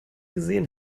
gesehen